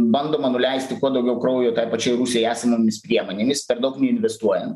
bandoma nuleisti kuo daugiau kraujo tai pačiai rusijai esamomis priemonėmis per daug neinvestuojant